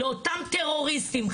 לאותם טרוריסטים,